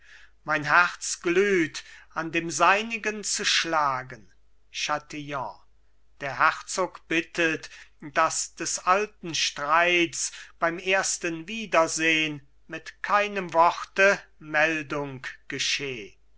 mein herz glüht an dem seinigen zu schlagen chatillon der herzog bittet daß des alten streits beim ersten wiedersehn mit keinem worte meldung gescheh